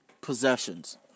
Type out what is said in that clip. possessions